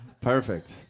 Perfect